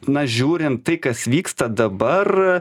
na žiūrint tai kas vyksta dabar